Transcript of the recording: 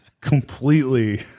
completely